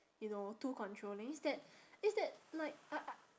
you know too controlling is that is that like I I